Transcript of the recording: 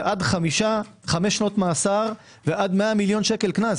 זה עד 5 שנות מאסר ועד 100 מיליון שקל קנס.